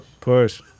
Push